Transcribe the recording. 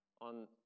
on